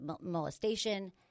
molestation